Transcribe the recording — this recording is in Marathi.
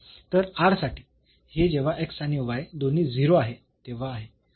तर साठी हे जेव्हा आणि दोन्ही 0 आहे तेव्हा आहे